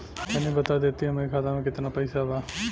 तनि बता देती की हमरे खाता में कितना पैसा बा?